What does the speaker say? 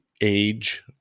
age